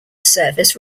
service